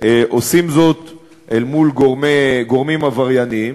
עושים זאת אל מול גורמים עברייניים,